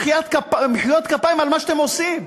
מחיאות כפיים כלשהן על מה שאתם עושים.